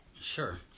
Sure